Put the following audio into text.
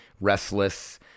restless